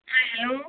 অঁ হেল্ল'